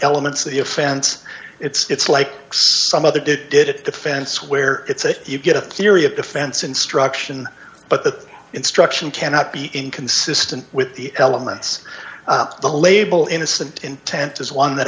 elements of the offense it's like some other did did it defense where it's a you get a theory of defense instruction but the instruction cannot be inconsistent with the elements the label innocent intent is one that